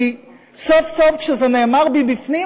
כי סוף-סוף כשזה נאמר מבפנים,